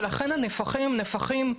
ולכן הנפחים עם